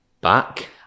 back